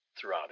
throughout